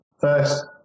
First